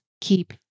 keep